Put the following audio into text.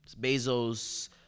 bezos